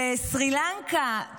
בסרילנקה,